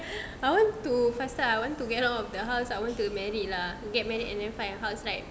I want to faster I want get out of the house I want to marry lah get married and find a house right